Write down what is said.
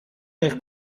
nel